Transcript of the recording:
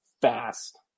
fast